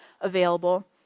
available